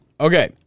Okay